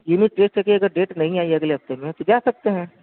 unit دیکھ کر کے اگر ڈیٹ نہیں آئی اگلے ہفتے میں تو جا سکتے ہیں